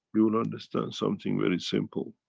you'll understand something very simple.